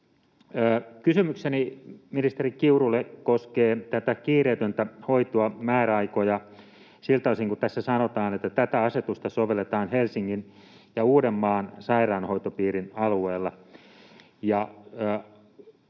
Kysymykseni ministeri Kiurulle koskee tätä kiireetöntä hoitoa, määräaikoja siltä osin kuin tässä sanotaan, että tätä asetusta sovelletaan Helsingin ja Uudenmaan sairaanhoitopiirin alueella.